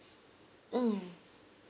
mm